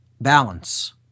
balance